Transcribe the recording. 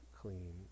clean